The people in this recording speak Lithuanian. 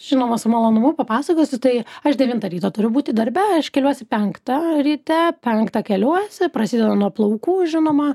žinoma su malonumu papasakosiu tai aš devintą ryto turiu būti darbe aš keliuosi penktą ryte penktą keliuosi prasideda nuo plaukų žinoma